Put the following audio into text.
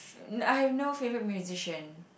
s~ n~ I have no favorite musician